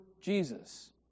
Jesus